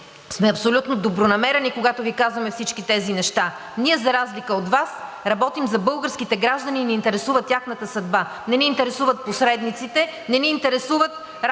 сме абсолютно добронамерени, когато Ви казваме всички тези неща. Ние, за разлика от Вас, работим за българските граждани и ни интересува тяхната съдба – не ни интересуват посредниците, не ни интересуват